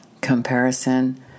Comparison